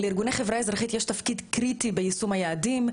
לארגוני חברה אזרחית יש תפקיד קריטי ביישום היעדים.